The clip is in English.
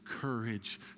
courage